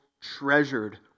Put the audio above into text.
treasured